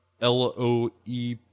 L-O-E